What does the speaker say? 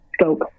scope